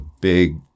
big